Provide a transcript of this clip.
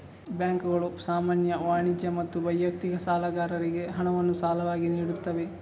ಬ್ಯಾಂಕುಗಳು ಸಾಮಾನ್ಯ, ವಾಣಿಜ್ಯ ಮತ್ತು ವೈಯಕ್ತಿಕ ಸಾಲಗಾರರಿಗೆ ಹಣವನ್ನು ಸಾಲವಾಗಿ ನೀಡುತ್ತವೆ